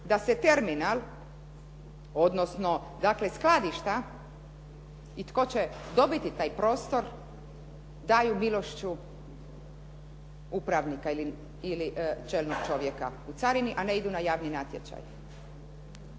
da se terminal, odnosno dakle skladišta i tko će dobiti taj prostor daju milošću upravnika ili čelnog čovjeka u carini, a ne idu na javni natječaj.